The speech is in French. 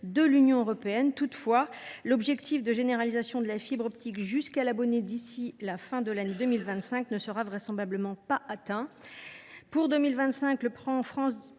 de l’Union européenne. Toutefois, l’objectif de généralisation de la fibre optique jusqu’à l’abonné d’ici à la fin de l’année 2025 ne sera vraisemblablement pas atteint. En effet, le Plan